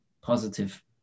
positive